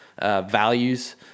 values